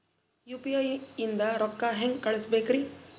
UPI ನಿಂದ ರೊಕ್ಕ ಹೆಂಗ ಕಳಸಬೇಕ್ರಿ?